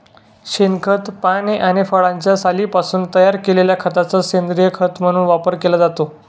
शेणखत, पाने आणि फळांच्या सालींपासून तयार केलेल्या खताचा सेंद्रीय खत म्हणून वापर केला जातो